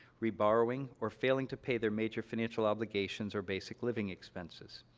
reborrowing, or failing to pay their major financial obligations or basic living expenses.